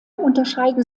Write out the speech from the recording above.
unterscheiden